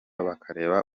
bakareba